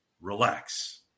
Relax